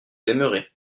aimerez